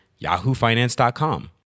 YahooFinance.com